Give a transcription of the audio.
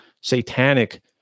satanic